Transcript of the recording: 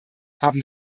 haben